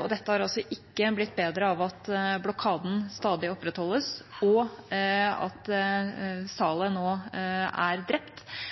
og dette har altså ikke blitt bedre av at blokaden stadig opprettholdes, og at Saleh nå er drept.